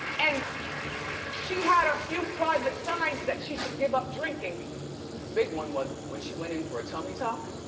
and she had a few private signs that she should give up drinking. the big one was when she went in for a tummy tuck